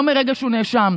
לא מרגע שהוא נאשם,